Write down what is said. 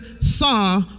saw